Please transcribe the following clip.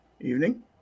Evening